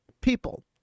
people